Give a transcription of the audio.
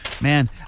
man